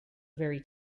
very